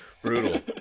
Brutal